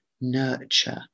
nurture